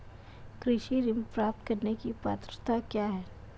कृषि ऋण प्राप्त करने की पात्रता क्या है?